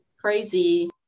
Crazy